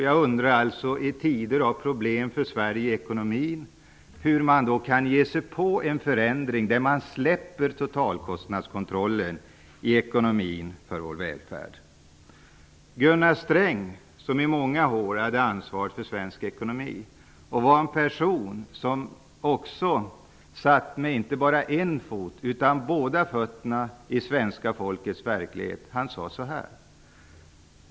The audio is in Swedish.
Jag undrar hur man i tider av problem i Sveriges ekonomi kan ge sig på förändringar där totalkostnadskontrollen släpps i ekonomin och för välfärden. Gunnar Sträng hade i många år ansvaret för svensk ekonomi. Han var en person som hade båda fötterna i svenska folkets verklighet. Han sade följande.